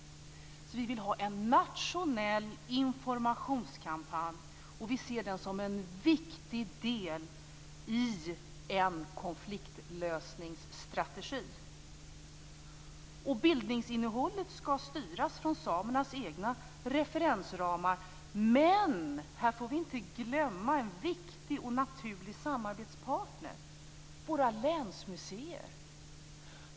Vi vill alltså ha en nationell informationskampanj, och vi ser den som en viktig del i en konfliktlösningsstrategi. Bildningsinnehållet ska styras från samernas egna referensramar, men här får vi inte glömma en viktig och naturlig samarbetspartner: våra länsmuseer.